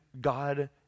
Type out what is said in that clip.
God